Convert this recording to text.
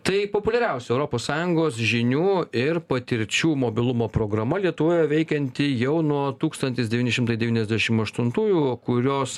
tai populiariausia europos sąjungos žinių ir patirčių mobilumo programa lietuvoje veikianti jau nuo tūkstantis devyni šimtai devyniasdešim aštuntųjų kurios